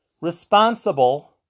responsible